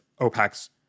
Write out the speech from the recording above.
OPEC's